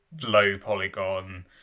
Low-polygon